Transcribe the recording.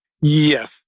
Yes